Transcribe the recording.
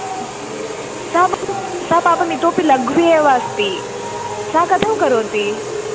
सा तु सा पापं इतोऽपि लघ्वि एव अस्ति सा कथं करोति